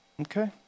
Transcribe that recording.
Okay